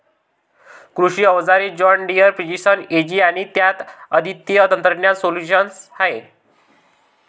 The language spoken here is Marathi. कृषी अवजारे जॉन डियर प्रिसिजन एजी आणि त्यात अद्वितीय तंत्रज्ञान सोल्यूशन्स आहेत